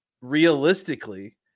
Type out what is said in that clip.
realistically –